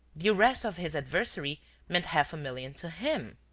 the arrest of his adversary meant half a million to him.